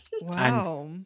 wow